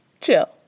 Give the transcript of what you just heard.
chill